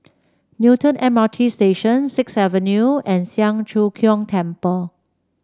Newton M R T Station Sixth Avenue and Siang Cho Keong Temple